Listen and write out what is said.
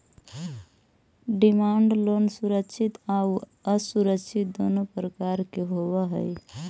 demand loan सुरक्षित आउ असुरक्षित दुनों प्रकार के होवऽ हइ